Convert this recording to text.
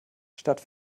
statt